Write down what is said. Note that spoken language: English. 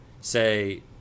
say